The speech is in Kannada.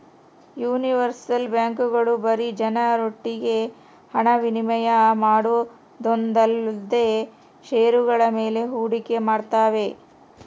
ಯೂನಿವರ್ಸಲ್ ಬ್ಯಾಂಕ್ಗಳು ಬರೀ ಜನರೊಟ್ಟಿಗೆ ಹಣ ವಿನಿಮಯ ಮಾಡೋದೊಂದೇಲ್ದೆ ಷೇರುಗಳ ಮೇಲೆ ಹೂಡಿಕೆ ಮಾಡ್ತಾವೆ